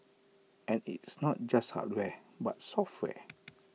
and it's not just hardware but software